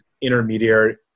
intermediary